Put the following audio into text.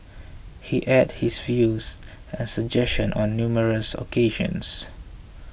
he aired his views and suggestions on numerous occasions